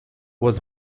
was